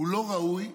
לא ראוי,